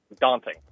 daunting